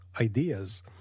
ideas